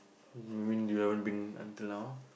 you mean you haven't been until now